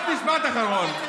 ועוד משפט אחרון.